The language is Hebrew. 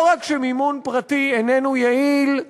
לא רק שמימון פרטי איננו יעיל,